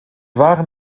waren